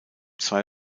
zwei